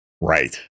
right